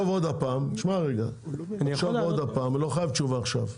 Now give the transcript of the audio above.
שמע רגע, תחשוב עוד פעם, לא חייב תשובה עכשיו.